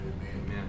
Amen